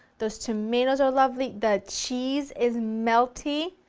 those tomatoes are lovely, the cheese is melty.